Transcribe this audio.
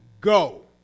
go